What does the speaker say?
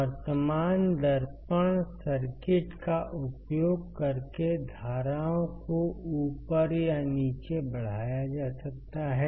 वर्तमान दर्पण सर्किट का उपयोग करके धाराओं को ऊपर या नीचे बढ़ाया जा सकता है